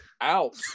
out